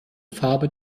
farbe